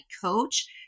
coach